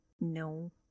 No